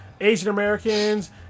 Asian-Americans